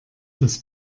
das